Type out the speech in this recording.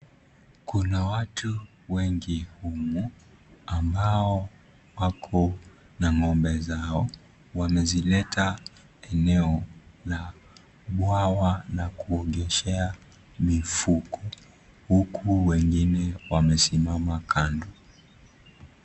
Kuna watu wengi humu ambao wako na ngombe zao, wamezileta eneno la bwawa la kuogeshea mifugo huku wenyewe wamesimama kando.